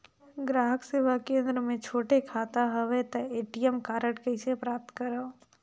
ग्राहक सेवा केंद्र मे छोटे खाता हवय त ए.टी.एम कारड कइसे प्राप्त करव?